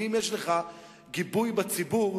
כי אם יש לך גיבוי בציבור,